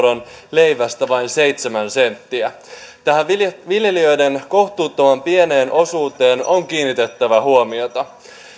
leivästä vain seitsemän senttiä tähän viljelijöiden kohtuuttoman pieneen osuuteen on kiinnitettävä huomiota